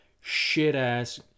shit-ass